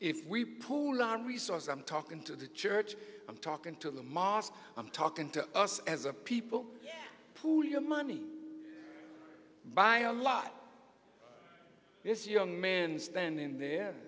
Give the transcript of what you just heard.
if we pool our resources i'm talking to the church i'm talking to the mosque i'm talking to us as a people pull your money by this young man standing there